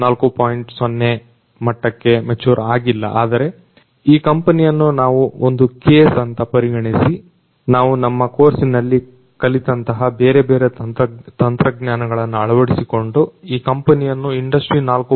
0 ಮಟ್ಟಕ್ಕೆ ಬೆಳೆದಿಲ್ಲ ಆದರೆ ಈ ಕಂಪನಿಯನ್ನು ನಾವು ಒಂದು ಉದಾಹರಣೆ ಅಂತ ಪರಿಗಣಿಸಿ ನಾವು ನಮ್ಮ ಕೋರ್ಸಿನಲ್ಲಿ ಕಲಿತಂತಹ ಬೇರೆಬೇರೆ ತಂತ್ರಜ್ಞಾನಗಳನ್ನು ಅಳವಡಿಸಿಕೊಂಡು ಈ ಕಂಪನಿಯನ್ನು ಇಂಡಸ್ಟ್ರಿ4